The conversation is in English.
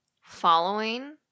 following